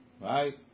Right